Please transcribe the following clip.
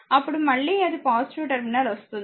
అప్పుడు మళ్ళీ అది టెర్మినల్ వస్తుంది